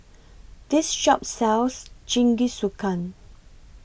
This Shop sells Jingisukan